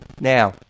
Now